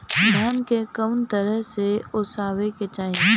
धान के कउन तरह से ओसावे के चाही?